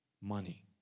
money